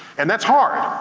and that's hard.